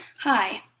Hi